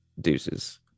deuces